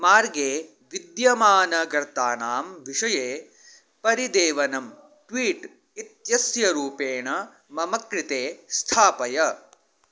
मार्गे विद्यमानगर्तानां विषये परिदेवनं ट्वीट् इत्यस्य रूपेण मम कृते स्थापय